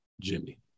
Jimmy